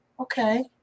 Okay